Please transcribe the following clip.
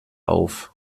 auf